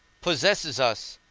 possesses us,